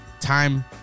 Time